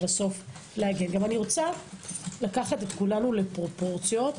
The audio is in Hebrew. אני רוצה לקחת את כולנו לפרופורציות.